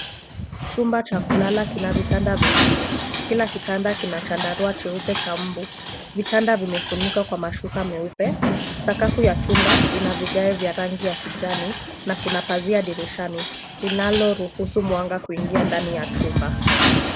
Chumba cha kulala kina vitanda viwili. Kila kitanda kina chandarua cheupe cha mbu. Vitanda vimefunikwa kwa mashuka meupe. Sakafu ya chumba ina vigae vya rangi ya kijani na kuna pazia dirishani linalo ruhusu mwanga kuingia ndani ya chumba